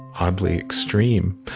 oddly extreme,